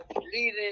leading